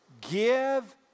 Give